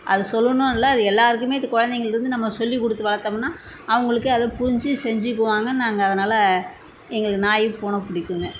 அது சொல்லணும்னு இல்லை அது எல்லாருக்குமே இது குழந்தைங்கள்ருந்து நம்ம சொல்லி கொடுத்து வளர்த்தமுன்னா அவங்களுக்கு அதை புரிஞ்சி செஞ்சிக்குவாங்க நாங்கள் அதனால் எங்களுக்கு நாய் பூனை பிடிக்குங்க